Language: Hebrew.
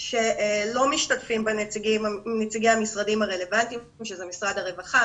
שלא משתתפים בה נציגי המשרדים הרלוונטיים שזה משרד הרווחה,